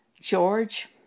George